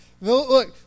Look